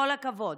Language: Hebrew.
כל הכבוד,